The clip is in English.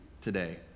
today